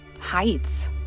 heights